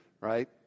Right